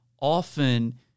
often